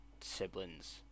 siblings